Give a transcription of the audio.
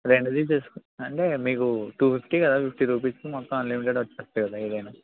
రెండు తీసుకో అంటే మీకు టూ ఫిఫ్టీ కదా ఫిఫ్టీ రూపీస్కి మొత్తం అన్లిమిటెడ్ వస్తాయి కదా ఏదన్న